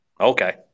Okay